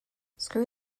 screw